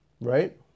right